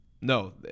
No